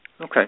Okay